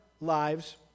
lives